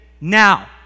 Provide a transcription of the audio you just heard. now